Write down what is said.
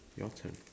your turn